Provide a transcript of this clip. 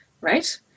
Right